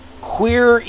queer